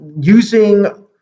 using